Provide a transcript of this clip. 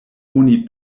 oni